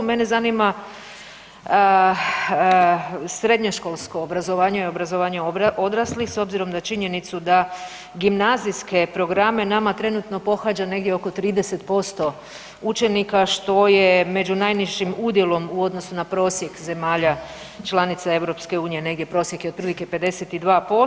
Mene zanima srednjoškolsko obrazovanje i obrazovanje odraslih s obzirom na činjenicu da gimnazijske programe nama trenutno pohađa negdje oko 30% učenika što je među najnižim udjelom u odnosu na prosjek zemalja članica EU, negdje prosjek je otprilike 52%